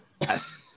Yes